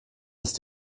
ist